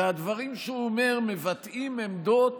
והדברים שהוא אומר מבטאים עמדות